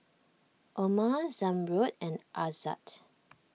Omar Zamrud and Aizat